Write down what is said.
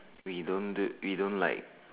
wait you don't do you don't like